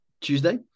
Tuesday